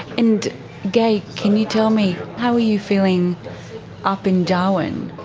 and gaye, can you tell me, how were you feeling up in darwin?